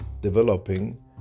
developing